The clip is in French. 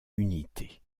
unité